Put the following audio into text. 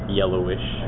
yellowish